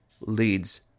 leads